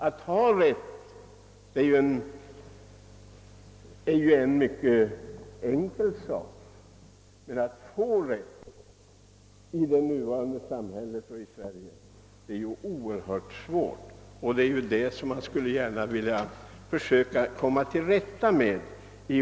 Att ha rätt är ju mycket enkelt men att få rätt i vårt nuvarande samhälle är synnerligen svårt. Det är därvidlag en rättelse bör komma till stånd.